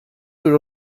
دور